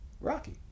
rocky